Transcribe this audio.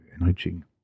enriching